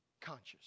conscious